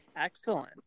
Excellent